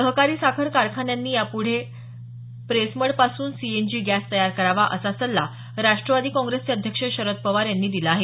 सहकारी साखर कारखान्यांनी यापुढे प्रेसमडपासूम सी एन जी गॅस तयार करावा असा सल्ला राष्ट्रवादी काँग्रेसचे अध्यक्ष शरद पवार यांनी दिला आहे